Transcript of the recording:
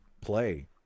play